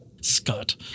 Scott